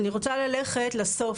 אני רוצה ללכת לסוף,